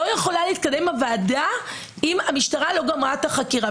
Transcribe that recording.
לא יכולה להתקיים הוועדה אם המשטרה לא גמרה את החקירה.